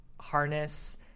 harness